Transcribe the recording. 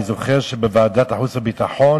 אני זוכר שבוועדת החוץ והביטחון